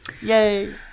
Yay